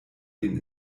den